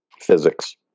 physics